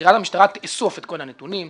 בחקירה המשטרה תאסוף את כל הנתונים,